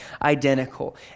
identical